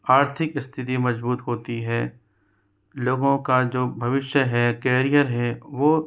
आर्थिक स्थिति मजबूत होती है लोगों का जो भविष्य है कैरियर है वो